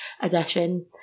edition